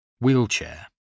wheelchair